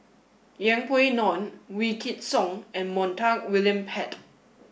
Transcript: Yeng Pway Ngon Wykidd Song and Montague William Pett